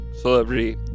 celebrity